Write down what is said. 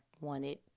wanted